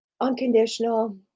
unconditional